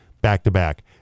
back-to-back